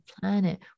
planet